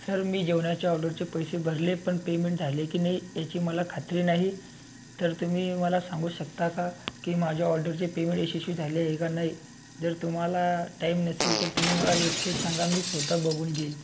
sir मी जेवणाच्या ऑर्डरचे पैसे भरले पण पेमेंट झाले की नाही याची मला खात्री नाही तर तुम्ही मला सांगू शकता का की माझ्या ऑर्डरचे पेमेंट यशस्वी झाले आहे का नाही जर तुम्हाला टाईम नसेल तर तुम्ही मला वेबसाईट सांगा मी स्वतः बघून घेईन